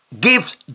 gives